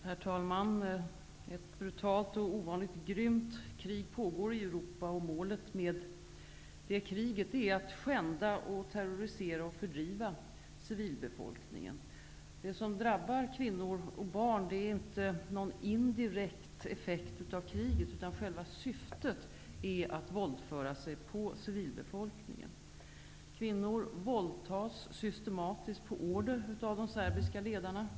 Herr talman! Ett brutalt och ovanligt grymt krig pågår i Europa. Målet i det kriget är att skända, terrorisera och fördriva civilbefolk ningen. Det som drabbar kvinnor och barn är inte någon indirekt effekt av kriget, utan själva syftet är att våldföra sig på civilbefolkningen. Kvinnor våldtas systematiskt på order av de serbiska ledarna.